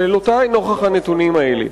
שאלותי, נוכח הנתונים האלה: